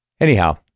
anyhow